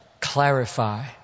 clarify